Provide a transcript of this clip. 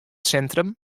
sintrum